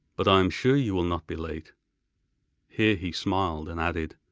but i am sure you will not be late here he smiled, and added,